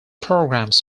programs